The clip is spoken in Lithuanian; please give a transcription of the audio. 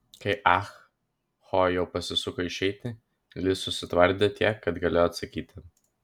kai ah ho jau pasisuko išeiti li susitvardė tiek kad galėjo atsakyti